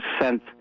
sent